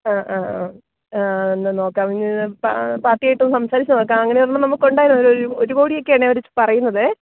അ അ അ എന്നാല് നോക്കാം പാർട്ടിയായിട്ടൊന്നു സംസാരിച്ചു നോക്കാം അങ്ങനെ ഒരെണ്ണം നമുക്കുണ്ടായിരുന്നു ഒരു ഒരു കോടിയൊക്കെയാണേ അവര് പറയുന്നതേ